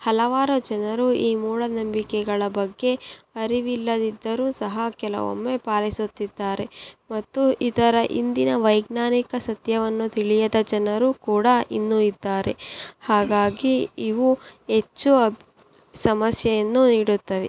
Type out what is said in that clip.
ಹಲವಾರು ಜನರು ಈ ಮೂಢನಂಬಿಕೆಗಳ ಬಗ್ಗೆ ಅರಿವಿಲ್ಲದಿದ್ದರೂ ಸಹ ಕೆಲವೊಮ್ಮೆ ಪಾಲಿಸುತ್ತಿದ್ದಾರೆ ಮತ್ತು ಇದರ ಹಿಂದಿನ ವೈಜ್ಞಾನಿಕ ಸತ್ಯವನ್ನು ತಿಳಿಯದ ಜನರೂ ಕೂಡ ಇನ್ನೂ ಇದ್ದಾರೆ ಹಾಗಾಗಿ ಇವು ಹೆಚ್ಚು ಅಬ್ ಸಮಸ್ಯೆಯನ್ನು ನೀಡುತ್ತವೆ